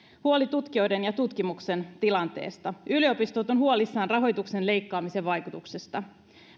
huoli tutkijoiden ja tutkimuksen tilanteesta yliopistot ovat huolissaan rahoituksen leikkaamisen vaikutuksista